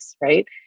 right